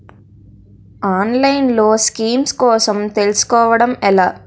ఆన్లైన్లో స్కీమ్స్ కోసం తెలుసుకోవడం ఎలా?